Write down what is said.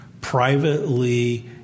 privately